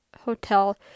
hotel